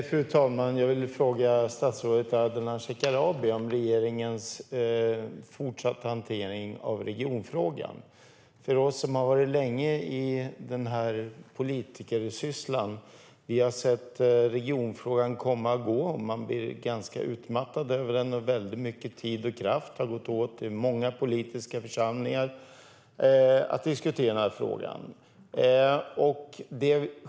Fru talman! Jag vill fråga statsrådet Ardalan Shekarabi om regeringens fortsatta hantering av regionfrågan. Vi som har varit länge i den här politikersysslan har sett regionfrågan komma och gå. Man blir ganska utmattad av den, och mycket tid och kraft har gått åt i många politiska församlingar för att diskutera denna fråga.